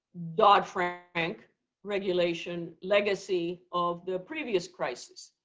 dodd-frank regulation legacy of the previous crisis.